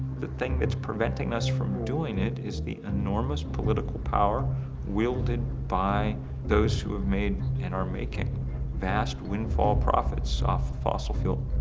the thing that is preventing us from doing it is the enormous political power wielded by those who have made and are making vast windfall profits off of fossil fuels.